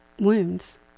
wounds